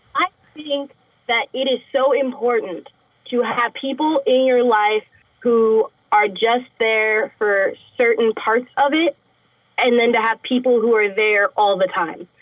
i think that it is so important to have people in your life who are just there for certain parts of it and then to have people who are there all the time.